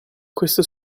questa